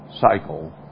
cycle